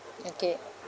okay